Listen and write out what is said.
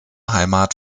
heimat